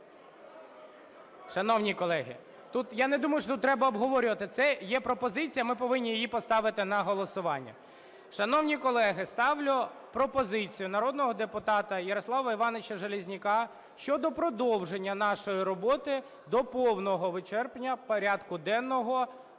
Шановні колеги, тут я не думаю, що треба обговорювати. Це є пропозиція, і ми повинні її поставити на голосування. Шановні колеги, ставлю пропозицію народного депутата Ярослава Івановича Железняка щодо продовження нашої роботи до повного вичерпання порядку денного